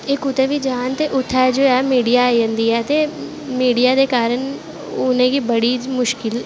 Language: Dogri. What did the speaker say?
एह् जित्थैं बी जान ते उत्थैं मिडिया आई जंदी ऐ ते मीडिया दे कारन उनेंगी बड़ी मुश्किल